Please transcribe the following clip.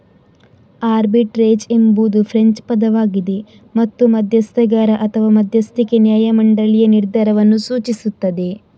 arbitrage ಎಂಬುದು French ಪದವಾಗಿದೆ ಮತ್ತು ಮಧ್ಯಸ್ಥಗಾರ ಅಥವಾ ಮಧ್ಯಸ್ಥಿಕೆ ನ್ಯಾಯ ಮಂಡಳಿಯ ನಿರ್ಧಾರವನ್ನು ಸೂಚಿಸುತ್ತದೆ